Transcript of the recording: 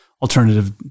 alternative